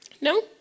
No